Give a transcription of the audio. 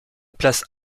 place